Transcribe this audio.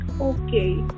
okay